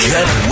Get